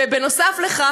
נוסף לכך,